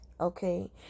okay